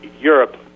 Europe